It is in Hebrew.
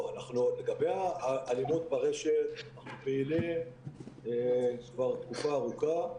לגבי האלימות ברשת אנחנו פעילים כבר תקופה ארוכה.